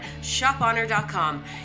shophonor.com